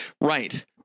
Right